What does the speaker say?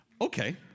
Okay